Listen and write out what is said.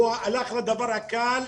הוא הלך לדבר הקל,